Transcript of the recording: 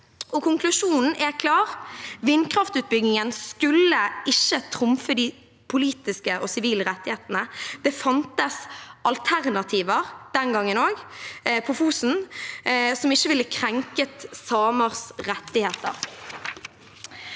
konklusjonen er klar: Vindkraftutbyggingen skulle ikke trumfe de politiske og sivile rettighetene. Det fantes den gang også alternativer på Fosen som ikke ville krenket samers rettigheter.